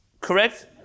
Correct